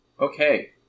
Okay